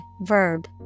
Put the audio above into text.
verb